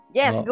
yes